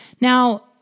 Now